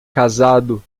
casado